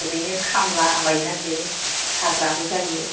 ओरैनो खामलाबायनो नागिरो हाग्राबो जायो